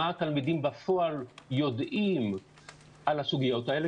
מה התלמידים בפועל יודעים על הסוגיות האלה,